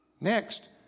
Next